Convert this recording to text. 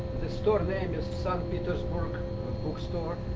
the store name is st. petersburgh bookstore'